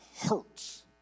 hurts